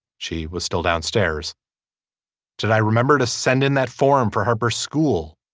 she was still downstairs did i remember to send in that forum for her school.